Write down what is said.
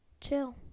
chill